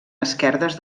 esquerdes